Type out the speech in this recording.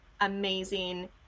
amazing